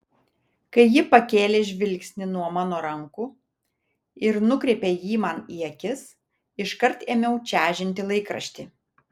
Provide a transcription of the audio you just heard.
kai ji pakėlė žvilgsnį nuo mano rankų ir nukreipė jį man į akis iškart ėmiau čežinti laikraštį